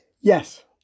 yes